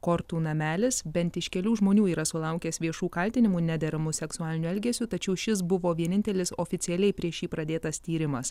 kortų namelis bent iš kelių žmonių yra sulaukęs viešų kaltinimų nederamu seksualiniu elgesiu tačiau šis buvo vienintelis oficialiai prieš jį pradėtas tyrimas